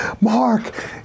Mark